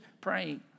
praying